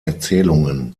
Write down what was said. erzählungen